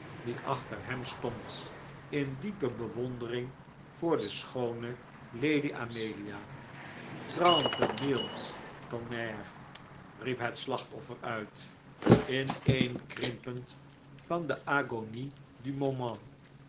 die achter hem stond in diepe bewondering voor de schoone lady amelia t rente mille tonnerres riep het slachtoffer uit ineenkrimpend van de